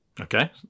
Okay